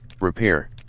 repair